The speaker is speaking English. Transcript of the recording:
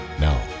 Now